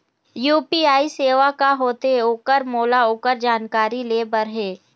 UPI सेवा का होथे ओकर मोला ओकर जानकारी ले बर हे?